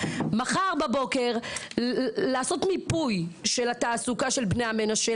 מחר בבוקר לעשות מיפוי של התעסוקה של בני המנשה,